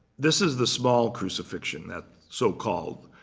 this is the small crucifixion, that so-called.